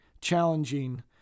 challenging